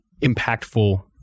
impactful